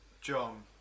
John